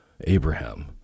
Abraham